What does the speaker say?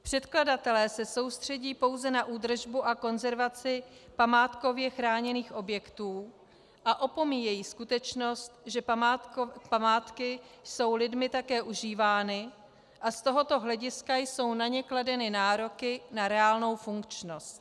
Předkladatelé se soustředí pouze na údržbu a konzervaci památkově chráněných objektů a opomíjejí skutečnost, že památky jsou lidmi také užívány a z tohoto hlediska jsou na ně kladeny nároky na reálnou funkčnost.